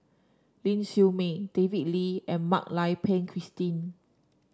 Ling Siew May David Lee and Mak Lai Peng Christine